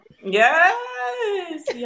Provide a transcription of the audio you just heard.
Yes